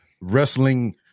wrestling